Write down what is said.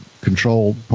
control